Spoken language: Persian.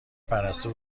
پرستو